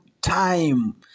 time